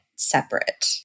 separate